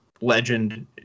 legend